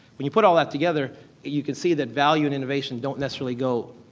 when you put all that together you can see that value and innovation don't necessarily go,